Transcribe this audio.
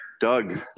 Doug